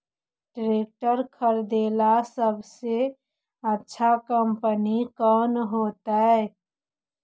Tractor खरीदेला सबसे अच्छा कंपनी कौन होतई?